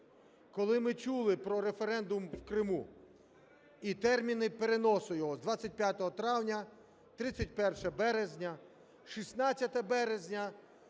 коли ми чули про референдум в Криму і терміни переносу його з 25 травня, 31 березня, 16 березня.